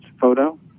photo